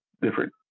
different